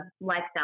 lifestyle